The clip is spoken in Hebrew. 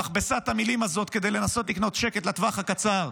מכבסת המילים הזאת כדי לנסות לקנות שקט לטווח הקצר,